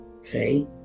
Okay